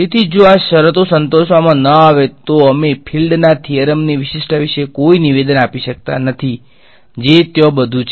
તેથી જો આ શરતો સંતોષવામાં ન આવે તો અમે ફીલ્ડના થીયરમની વિશિષ્ટતા વિશે કોઈ નિવેદન આપી શકતા નથી જે ત્યાં બધું છે